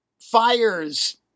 fires